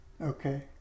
okay